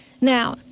now